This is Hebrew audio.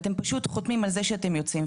אתם פשוט חותמים על זה שאתם יוצאים.